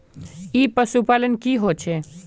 ई पशुपालन की होचे?